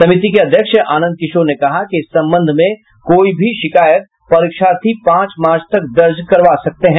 समिति के अध्यक्ष आनंद किशोर ने कहा कि इस संबंध में कोई भी शिकायत परीक्षार्थी पांच मार्च तक दर्ज करवा सकते हैं